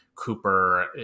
cooper